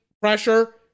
pressure